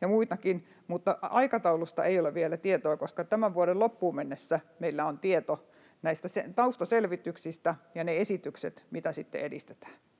ja muitakin, mutta aikataulusta ei ole vielä tietoa, koska tämän vuoden loppuun mennessä meillä on tieto näistä taustaselvityksistä ja ne esitykset, mitä sitten edistetään,